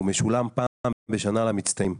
הוא משולם פעם בשנה למצטיינים,